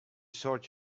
sort